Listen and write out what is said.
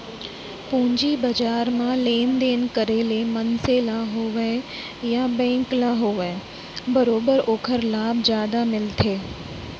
पूंजी बजार म लेन देन करे ले मनसे ल होवय या बेंक ल होवय बरोबर ओखर लाभ जादा मिलथे